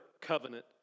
covenant